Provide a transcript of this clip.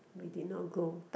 we did not go